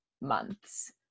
months